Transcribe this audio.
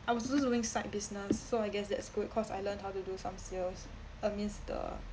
I was still doing side business so I guess that's good cause I learned how to do some sales amidst the